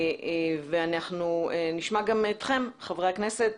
אנחנו נשמע גם אתכם חברי הכנסת.